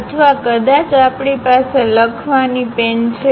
અથવા કદાચ આપણી પાસે લખવાની પેન છે